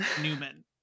Newman